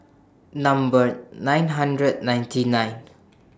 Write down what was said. Number nine hundred ninety nine